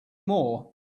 more